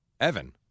Evan